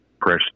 press